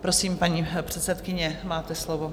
Prosím, paní předsedkyně, máte slovo.